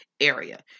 area